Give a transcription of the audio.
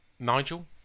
Nigel